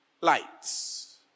Lights